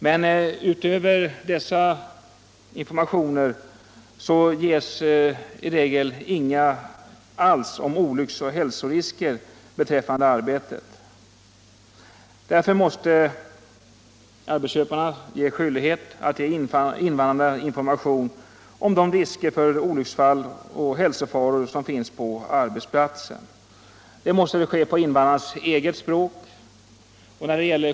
men däremot ges i regel inga uppiysningar alls om olycks och hälsorisker t arbetet. Därför måste arbetsköparna åläggas skyldighet att ge invaändrarna information om de risker för olyckstilt och hälsofaror som finns på arbetsplatsen. Detta måste ske på invandrarnas eget språk.